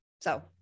So-